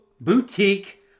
Boutique